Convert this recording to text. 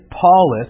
Paulus